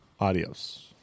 Adios